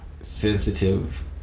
sensitive